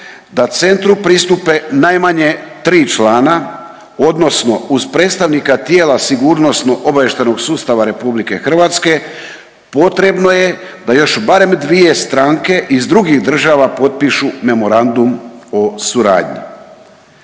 da centru pristupe najmanje tri člana, odnosno uz predstavnika tijela Sigurnosno-obavještajnog sustava Republike Hrvatske potrebno je da još barem dvije stranke iz drugih država potpišu Memorandum o suradnji.